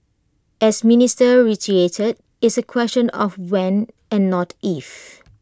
as minister reiterated it's A question of when and not if